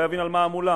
לא יבין על מה ההמולה.